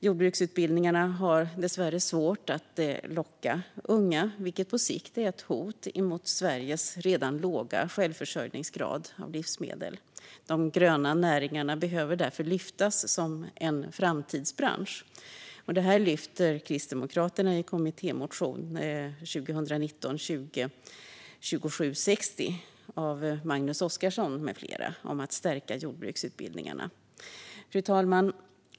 Jordbruksutbildningarna har dessvärre svårt att locka unga, vilket på sikt är ett hot mot Sveriges redan låga självförsörjningsgrad när det gäller livsmedel. De gröna näringarna behöver därför lyftas fram som en framtidsbransch. Detta lyfter Kristdemokraterna fram i kommittémotion 2019/20:2760 av Magnus Oscarsson med flera om att stärka jordbruksutbildningarna. Fru talman!